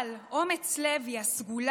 אבל אומץ לב הוא הסגולה